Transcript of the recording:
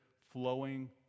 flowing